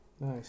Nice